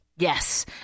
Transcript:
Yes